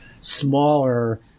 smaller